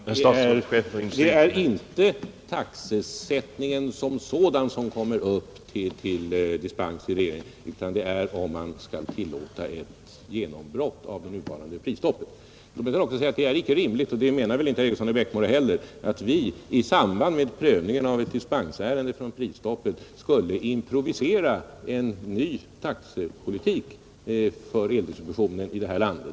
Herr talman! Det är inte taxesättningen som sådan som kommer upp till behandling i regeringen utan frågan om man skall tillåta ett genombrott av det nuvarande prisstoppet. Det är inte rimligt — så menar väl inte heller herr Eriksson i Bäckmora — att vi i samband med prövningen av ett dispensärende rörande prisstoppet skall improvisera en ny taxepolitik för eldistributionen i detta land.